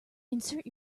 insert